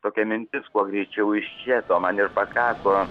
tokia mintis kuo greičiau iš čia to man ir pakako